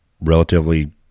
relatively